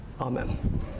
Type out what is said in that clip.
Amen